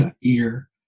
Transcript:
ear